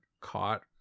caught